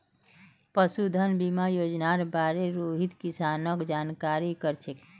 पशुधन बीमा योजनार बार रोहित किसानक जागरूक कर छेक